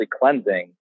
cleansing